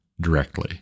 directly